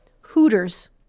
hooters